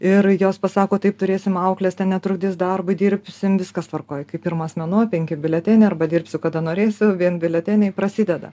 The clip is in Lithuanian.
ir jos pasako taip turėsim aukles ten netrukdys darbui dirbsim viskas tvarkoj kaip pirmas mėnuo penki biuleteniai arba dirbsiu kada norėsiu vien biuleteniai prasideda